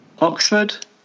Oxford